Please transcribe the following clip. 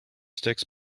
sticks